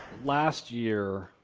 last year,